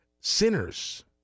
sinners